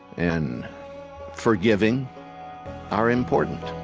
and forgiving are important